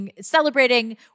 celebrating